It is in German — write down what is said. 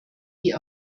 wie